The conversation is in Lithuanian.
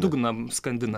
dugną skandina